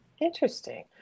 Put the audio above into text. Interesting